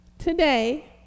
Today